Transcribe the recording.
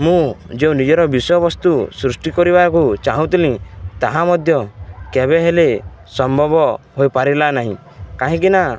ମୁଁ ଯେଉଁ ନିଜର ବିଷୟବସ୍ତୁ ସୃଷ୍ଟି କରିବାକୁ ଚାହୁଁଥିଲି ତାହା ମଧ୍ୟ କେବେ ହେଲେ ସମ୍ଭବ ହୋଇପାରିଲା ନାହିଁ କାହିଁକି ନା